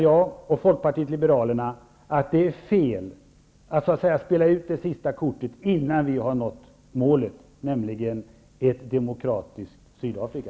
Jag och Folkpartiet liberalerna menar att det är fel att så att säga spela ut det sista kortet innan vi har nått målet, nämligen ett demokratiskt Sydafrika.